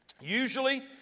Usually